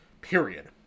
period